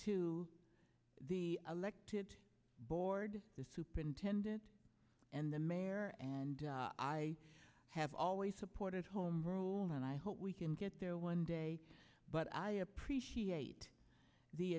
to the elected board the superintendent and the mayor and i have always supported home role and i hope we can get there one day but i appreciate the